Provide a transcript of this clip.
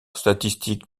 statistiques